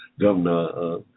governor